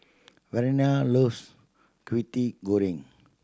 Verena loves Kwetiau Goreng